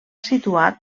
situat